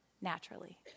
naturally